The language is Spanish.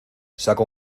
saco